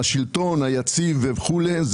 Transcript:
השלטון היציב וכולי,